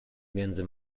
między